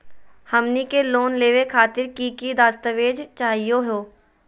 हमनी के लोन लेवे खातीर की की दस्तावेज चाहीयो हो?